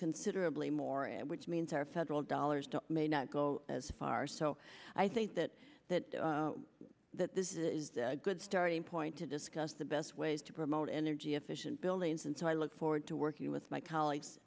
considerably more and which means our federal dollars to may not go as far so i think that that that this is a good starting point to discuss the best ways to promote energy efficient buildings and so i look forward to working with my colleagues